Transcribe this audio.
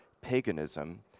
paganism